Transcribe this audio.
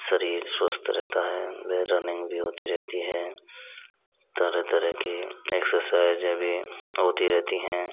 शरीर स्वस्थ रहता है रनिंग भी होती रहती है तरह तरह के एक्सरसाइज भी होती रहती है